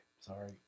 Sorry